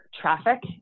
traffic